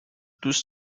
دوست